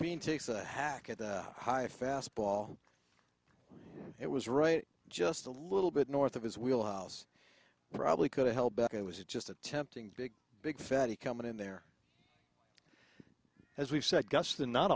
being takes a hack at a high fastball it was right just a little bit north of his wheel house probably could have held back and was just attempting big big fatty coming in there as we've said gus the not